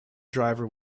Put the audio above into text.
driver